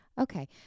Okay